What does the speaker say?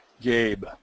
Gabe